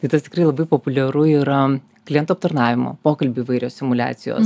tai tas tikrai labai populiaru yra klientų aptarnavimo pokalbių įvairios simuliacijos